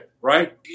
right